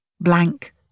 blank